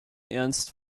ernst